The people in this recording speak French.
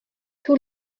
tout